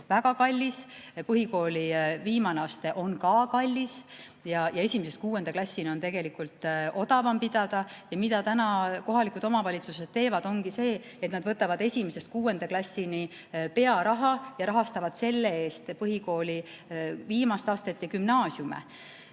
väga kallis. Põhikooli viimane aste on ka kallis ja esimesest kuuenda klassini on tegelikult odavam pidada. Täna kohalikud omavalitsused teevadki seda, et nad võtavad esimesest kuuenda klassini pearaha ja rahastavad selle eest põhikooli viimast astet ja gümnaasiume,